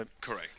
Correct